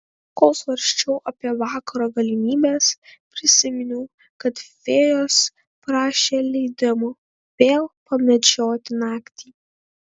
kol svarsčiau apie vakaro galimybes prisiminiau kad fėjos prašė leidimo vėl pamedžioti naktį